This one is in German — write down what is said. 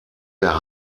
der